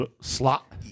slot